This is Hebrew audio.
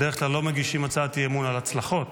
בדרך כלל לא מגישים הצעת אי-אמון על הצלחות.